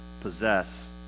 possess